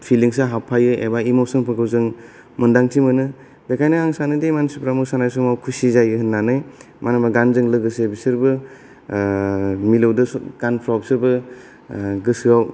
फिलिंसा हाबफायो एबा इमसनफोरखौ जों मोनदांथि मोनो बेखायनो आं सानोदि मानसिफोरा मोसानाय समाव खुसि जायो होन्नानै मानोना गानजों लोगोसे बिसोरबो मिलैदो गानफ्राव बिसोरबो गोसोआव